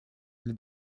для